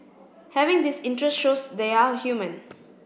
having this interest shows they are human